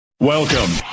Welcome